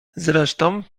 zresztą